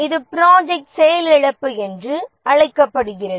இது ப்ரொஜக்ட் செயலிழப்பு என்று அழைக்கப்படுகிறது